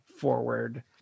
forward